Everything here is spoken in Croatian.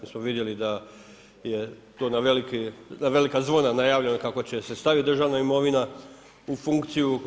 Već smo vidjeli da je to na velika zvona najavljeno kako će se stavit državna imovina u funkciju.